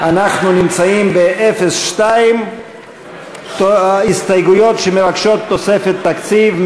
אנחנו נמצאים בסעיף 02. הסתייגויות שמבקשות תוספת תקציב,